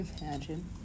Imagine